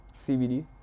CBD